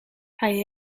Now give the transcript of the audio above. hij